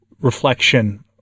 reflection